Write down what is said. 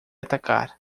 atacar